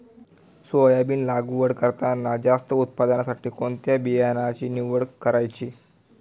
Soybean लागवड करताना जास्त उत्पादनासाठी कोणत्या बियाण्याची निवड करायची?